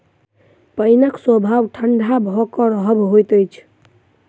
पाइनक स्वभाव ठंढा भ क रहब होइत अछि